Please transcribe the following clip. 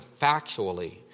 factually